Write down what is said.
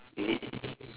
is it